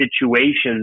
situations